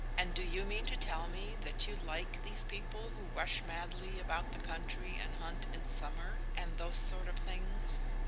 and do you mean to tell me that you like these people who rush madly about the country and hunt in summer, and those sort of things?